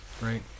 right